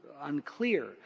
unclear